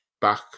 Back